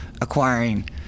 acquiring